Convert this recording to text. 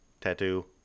tattoo